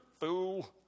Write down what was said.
fool